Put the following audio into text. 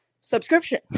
subscription